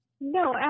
No